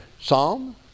Psalm